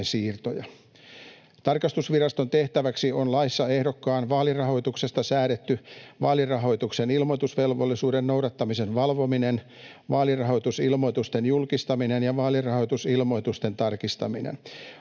Tarkastusviraston tehtäväksi on laissa ehdokkaan vaalirahoituksesta säädetty vaalirahoituksen ilmoitusvelvollisuuden noudattamisen valvominen, vaalirahoitusilmoitusten julkistaminen ja vaalirahoitusilmoitusten tarkistaminen.